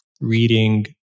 reading